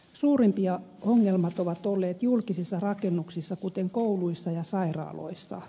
suurimpia ongelmat ovat olleet julkisissa rakennuksissa kuten kouluissa ja sairaaloissa